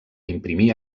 imprimir